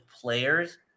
players